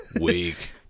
Weak